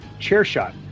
CHAIRSHOT